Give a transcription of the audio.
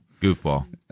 Goofball